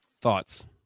Thoughts